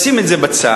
לשים את זה בצד.